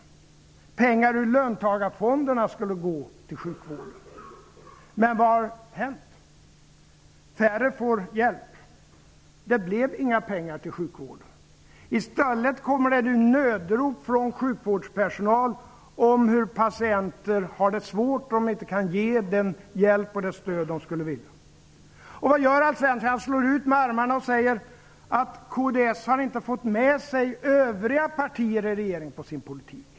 Pengar från löntagarfonderna skulle avsättas för sjukvården. Men vad har hänt? Färre får hjälp. Det blev inga pengar till sjukvården. I stället kommer det nu nödrop från sjukvårdspersonal om hur patienter har det svårt och att man inte kan ge den hjälp och det stöd som man skulle vilja ge. Vad gör då Alf Svensson? Jo, han slår ut med armarna och säger att kds inte har fått med sig övriga partier i regeringen på sin politik.